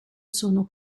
sono